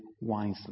wisely